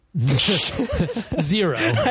zero